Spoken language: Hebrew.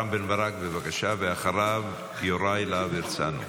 רם בן ברק, בבקשה, ואחריו, יוראי להב הרצנו.